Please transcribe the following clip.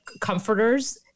comforters